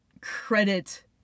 credit